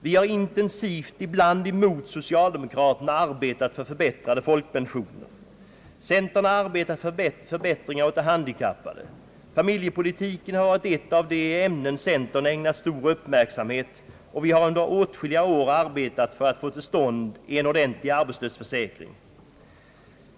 Vi har intensivt, ibland mot socialdemokratin, arbetat för förbättrade folkpensioner, och vi har arbetat för förbättringar åt de handikappade. Familjepolitiken har varit ett av de ämnen centern ägnat stor uppmärksamhet, och vi har under åtskilliga år arbetat för att få till stånd en ordentlig arbetslöshetsförsäkring.